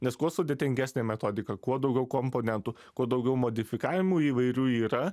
nes kuo sudėtingesnė metodika kuo daugiau komponentų kuo daugiau modifikavimų įvairių yra